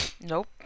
Nope